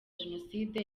jenoside